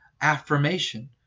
affirmation